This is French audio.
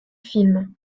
film